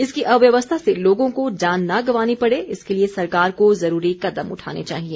इसकी अव्यवस्था से लोगों को जान न गवानी पड़े इसके लिए सरकार को जरूरी कदम उठाने चाहिए